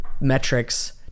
metrics